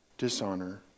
Dishonor